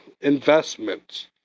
investments